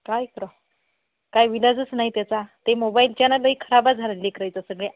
काय करावं काय इलाजच नाही त्याचा ते मोबाईलच्यानं लई खराबच झालं आहे लेकरायचं सगळ्या